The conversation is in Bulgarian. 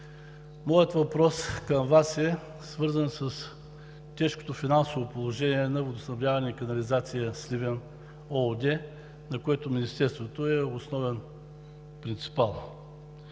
Моят въпрос към Вас е свързан с тежкото финансово положение на „Водоснабдяване и канализация – Сливен“ ООД, на което Министерството е основен принципал.